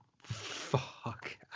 fuck